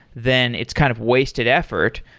then it's kind of wasted effort.